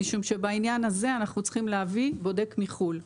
משום שבעניין הזה אנחנו צריכים להביא בודק מחו"ל,